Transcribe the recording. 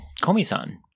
Komi-san